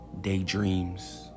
daydreams